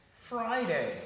Friday